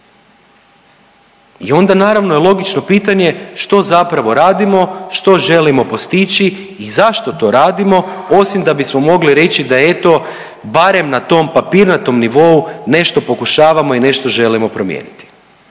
I onda naravno je logično pitanje što zapravo radimo, što želimo postići i zašto to radimo osim da bismo mogli reći da eto barem na tom papirnatom nivou nešto pokušavamo i nešto želimo promijeniti.